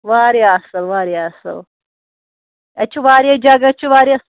واریاہ اَصٕل واریاہ اَصٕل اَتہِ چھِ واریاہ جگہ چھِ واریاہ